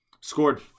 scored